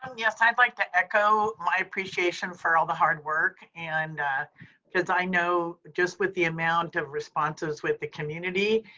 um yes. i'd like to echo my appreciation for all the hard work. and because i know just with the amount of responses with the community,